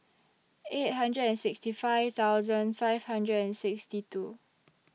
eight hundred and sixty five thousand five hundred and sixty two